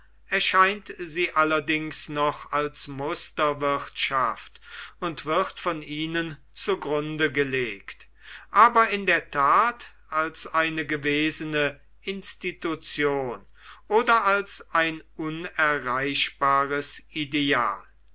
erscheint sie allerdings noch als musterwirtschaft und wird von ihnen zugrunde gelegt aber in der tat als eine gewesene institution oder als ein unerreichbares ideal